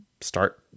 start